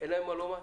אין להם מה לומר?